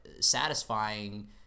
satisfying